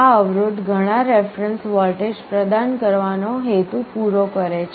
આ અવરોધ ઘણા રેફરેન્સ વોલ્ટેજ પ્રદાન કરવાનો હેતુ પૂરો કરે છે